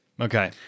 Okay